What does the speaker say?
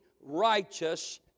righteous